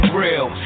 real